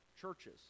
churches